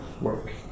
work